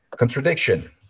Contradiction